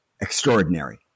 extraordinary